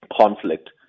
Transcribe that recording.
conflict